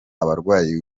abarwayi